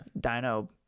Dino